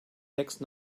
next